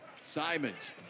Simons